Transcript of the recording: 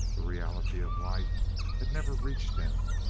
the reality of life had never reached him.